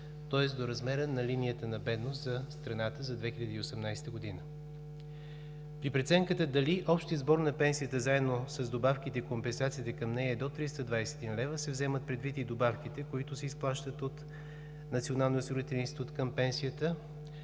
тоест до размера на линията на бедност за страната за 2018 г. При преценката дали общият сбор на пенсията, заедно с добавките и компенсациите към нея, е до 321 лв. се вземат предвид и добавките, които се изплащат от Националния осигурителен институт към пенсията,